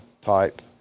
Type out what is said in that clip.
type